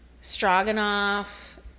stroganoff